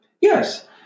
Yes